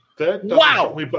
Wow